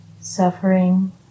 suffering